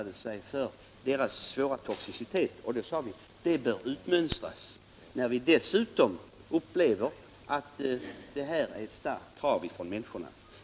Det var därför vi sade att de bör utmönstras, och dessutom fann vi ju att det var ett starkt krav från människorna.